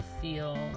feel